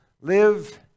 live